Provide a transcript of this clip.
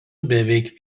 beveik